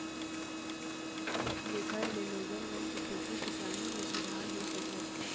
जेखर ले लोगन मन के खेती किसानी म सुधार हो सकय